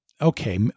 okay